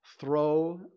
throw